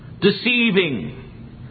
deceiving